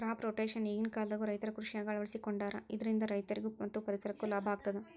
crop rotation ಈಗಿನ ಕಾಲದಾಗು ರೈತರು ಕೃಷಿಯಾಗ ಅಳವಡಿಸಿಕೊಂಡಾರ ಇದರಿಂದ ರೈತರಿಗೂ ಮತ್ತ ಪರಿಸರಕ್ಕೂ ಲಾಭ ಆಗತದ